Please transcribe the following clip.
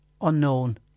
unknown